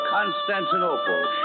Constantinople